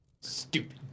Stupid